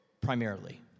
primarily